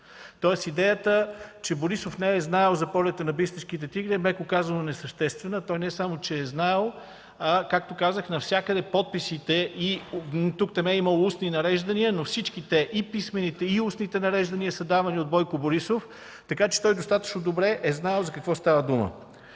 Тоест идеята, че Борисов не е знаел за полета на „Бистришките тигри”, е меко казано несъществена. Той не само, че е знаел, но както казах, навсякъде подписите, тук-там има и устни нареждания, но всички те – и писмените, и устните, са давани от Бойко Борисов, така че достатъчно добре е знаел за какво става дума.